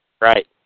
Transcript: Right